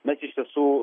mes iš tiesų